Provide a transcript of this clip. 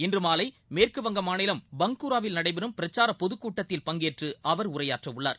இன்றுமாலைமேற்குவங்க மாநிலம் பங்குராவில் நடைபெறும் பிரச்சாரபொதுக்கூட்டத்தில் பங்கேற்றுஅவர் உரையாற்றவுள்ளார்